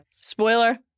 Spoiler